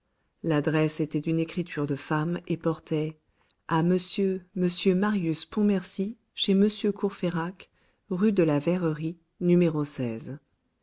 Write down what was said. l'adresse était d'une écriture de femme et portait à monsieur monsieur marius pontmercy chez m courfeyrac rue de la verrerie